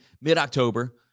mid-october